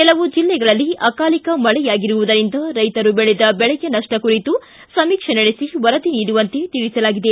ಕೆಲವು ಜಿಲ್ಲೆಗಳಲ್ಲಿ ಅಕಾಲಿಕ ಮಳೆಯಾಗಿರುವುದರಿಂದ ರೈತರು ಬೆಳೆದ ಬೆಳೆಯ ನಷ್ಷ ಕುರಿತು ಸಮೀಕ್ಷೆ ನಡೆಸಿ ವರದಿ ನೀಡುವಂತೆ ತಿಳಿಸಲಾಗಿದೆ